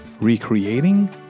Recreating